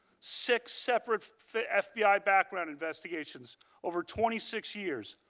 six separate fbi background investigations over twenty six years.